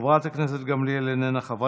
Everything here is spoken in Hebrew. חברת הכנסת גמליאל, איננה, חבר